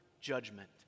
judgment